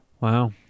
Wow